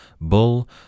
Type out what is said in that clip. Bull